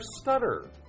stutter